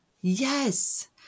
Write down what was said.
Yes